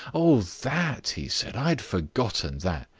oh, that, he said. i'd forgotten that.